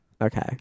Okay